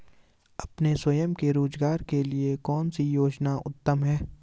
अपने स्वयं के रोज़गार के लिए कौनसी योजना उत्तम है?